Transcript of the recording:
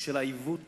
של העיוות